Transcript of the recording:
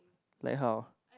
like how